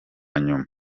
nyuma